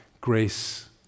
grace